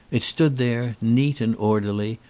it stood there, neat and orderly,